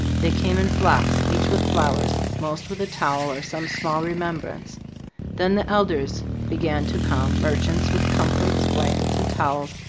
they came in flocks, each with flowers, most with a towel or some small remembrance then the elders began to come, merchants with comforts, blankets, and towels,